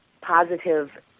positive